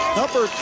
number